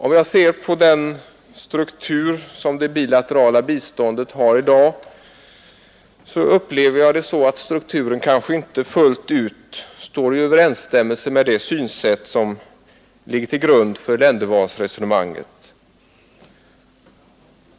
Om jag ser på den struktur som det bilaterala biståndet har i dag, upplever jag det så att strukturen inte fullt ut står i överensstämmelse med det synsätt som ligger till grund för ländervalsresonemanget.